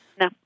No